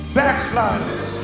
backsliders